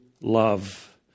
love